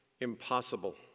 impossible